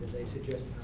they suggest